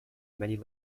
many